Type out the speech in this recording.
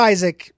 Isaac